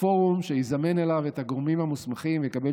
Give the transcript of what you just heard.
פורום שיזמן אליו את הגורמים המוסמכים ויקבל